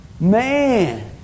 Man